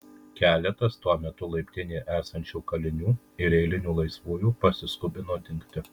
keletas tuo metu laiptinėje esančių kalinių ir eilinių laisvųjų pasiskubino dingti